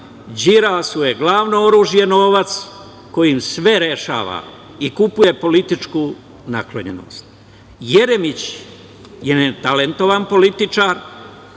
Đilasu je glavno oružje novac kojim sve rešava i kupuje političku naklonjenost. Jeremić je netalentovan političar,